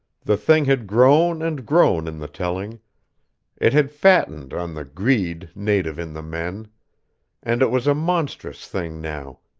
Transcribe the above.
the thing had grown and grown in the telling it had fattened on the greed native in the men and it was a monstrous thing now,